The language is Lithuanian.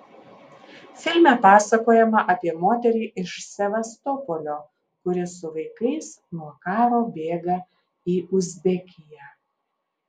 filme pasakojama apie moterį iš sevastopolio kuri su vaikais nuo karo bėga į uzbekiją